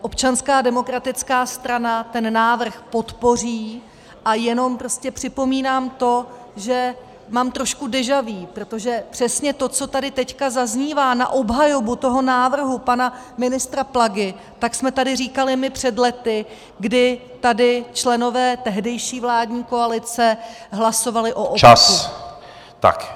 Občanská demokratická strana ten návrh podpoří a jenom připomínám to, že mám trošku déja vu, protože přesně to, co tady teď zaznívá na obhajobu toho návrhu pana ministra Plagy, jsme tady říkali my před lety, kdy tady členové tehdejší vládní koalice hlasovali o opaku.